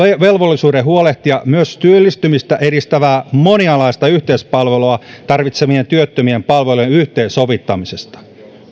velvollisuuden huolehtia myös työllistymistä edistävää monialaista yhteispalvelua tarvitsevien työttömien palvelujen yhteensovittamisesta